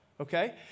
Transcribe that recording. Okay